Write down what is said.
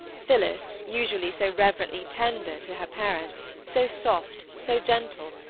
phillis, usually so reverently tender to her parents, so soft, so gentle,